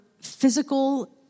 physical